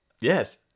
Yes